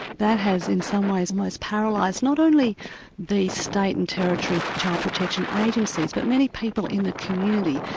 that has in some ways most paralysed not only the state and territory child protection agencies, but many people in the community,